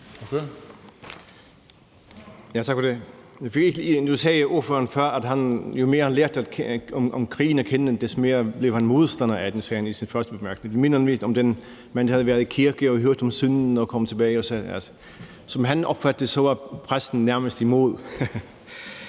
Nu sagde ordføreren før, at jo mere han lærte krig at kende, desto mere blev han modstander af den. Det sagde han i sin første bemærkning. Det minder lidt om ham, der havde været i kirke og hørt dem synge og kom tilbage og sagde, at som han opfattede det, var præsten nærmest imod.